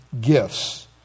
gifts